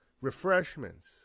Refreshments